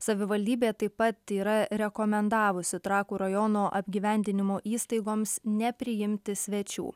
savivaldybė taip pat yra rekomendavusi trakų rajono apgyvendinimo įstaigoms nepriimti svečių